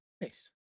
Nice